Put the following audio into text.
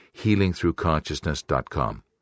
HealingThroughConsciousness.com